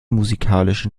musikalischen